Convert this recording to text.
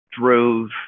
drove